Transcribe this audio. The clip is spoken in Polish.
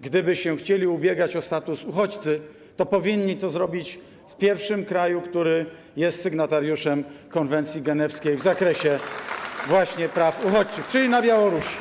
gdyby chcieli się ubiegać o status uchodźcy, to powinni to zrobić w pierwszym kraju, który jest sygnatariuszem konwencji genewskiej w zakresie właśnie praw uchodźczych, czyli na Białorusi.